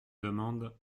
demande